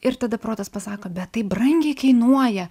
ir tada protas pasako bet tai brangiai kainuoja